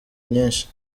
nyinshi